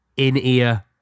In-ear